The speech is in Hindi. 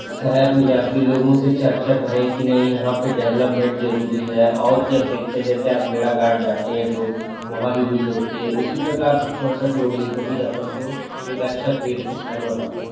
शहर में जाकर लोगों से चर्चा करें कि नहीं यहाँ पर डेवलपमेंट ज़रूरी है और की अपेक्षा जैसे आप भेड़ाघाट जाते हैं तो वहाँ भी भीड़ होती है उसी प्रकार से चौसठ योगिनी को भी अपन को एक अच्छा तीर्थ स्थल बनाना है